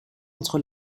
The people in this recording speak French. entre